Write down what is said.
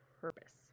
purpose